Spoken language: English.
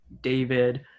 David